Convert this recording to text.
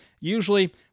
Usually